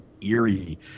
eerie